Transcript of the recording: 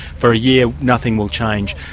for a year nothing will change.